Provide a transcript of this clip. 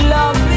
Love